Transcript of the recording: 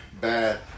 bad